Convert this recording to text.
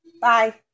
Bye